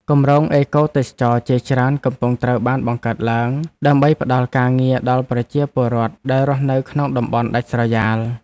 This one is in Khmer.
គម្រោងអេកូទេសចរណ៍ជាច្រើនកំពុងត្រូវបានបង្កើតឡើង ដើម្បីផ្តល់ការងារដល់ប្រជាពលរដ្ឋដែលរស់នៅក្នុងតំបន់ដាច់ស្រយាល។